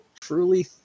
truly